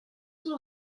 will